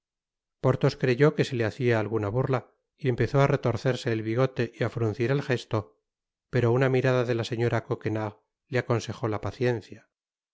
porthos creyó que se le hacia alguna burla y empezó á retorcerse el bigote y á fruncir el jesto pero una mirada de la señora coquenard le aconsejó la paciencia